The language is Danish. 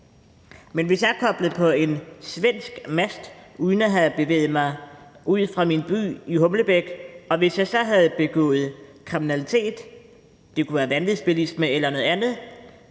Men hvis jeg er koblet på en svensk mast uden at have bevæget mig ud af min by, Humlebæk, og jeg så havde begået kriminalitet – det kunne være vanvidsbilisme eller noget andet